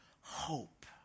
hope